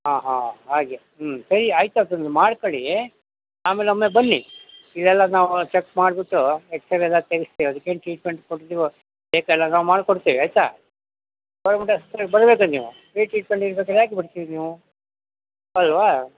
ಹಾಂ ಹಾಂ ಹಾಗೆ ಹ್ಞೂ ಸರಿ ಆಯ್ತು ಅದನ್ನು ಮಾಡ್ಕೊಳಿ ಆಮೇಲೆ ಒಮ್ಮೆ ಬನ್ನಿ ಇದೆಲ್ಲ ನಾವು ಚೆಕ್ ಮಾಡಿಬಿಟ್ಟು ಎಕ್ಸ್ರೇ ಎಲ್ಲ ತೆಗೆಸ್ತೀವಿ ಅದ್ಕೇನು ಟ್ರೀಟ್ಮೆಂಟ್ ಕೊಡ್ತೀವೋ ಬೇಕಾದಾಗ ಮಾಡಿ ಕೊಡ್ತೀವಿ ಆಯಿತಾ ಬರಬೇಕು ನೀವು ಈ ಟ್ರೀಟ್ಮೆಂಟ್ ಈಗ ಯಾಕೆ ಬಿಡ್ತೀರಿ ನೀವು ಆಲ್ಲವಾ